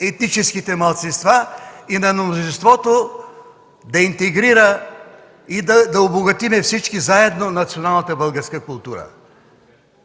етническите малцинства, мнозинството да интегрира и да обогатим всички заедно националната българска култура!